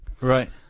Right